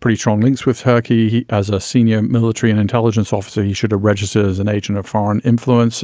pretty strong links with turkey. as a senior military and intelligence officer, he should've registered as an agent of foreign influence.